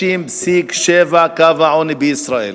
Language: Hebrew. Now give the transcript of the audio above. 50.7 קו העוני בישראל.